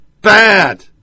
bad